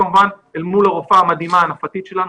כמובן אל מול הרופאה המדהימה הנפתית שלנו,